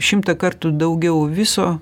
šimtą kartų daugiau viso